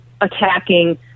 attacking